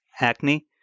acne